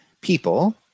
people